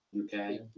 Okay